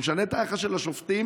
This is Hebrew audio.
זה משנה את היחס של השופטים.